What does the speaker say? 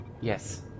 Yes